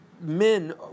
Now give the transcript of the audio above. men